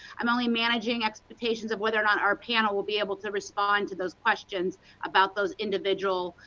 i'm only managing expectations of whether or not our panel will be able to respond to those questions about those individual